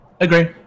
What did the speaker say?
Agree